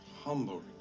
humble